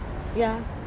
ya